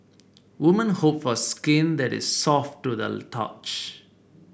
women hope for skin that is soft to the touch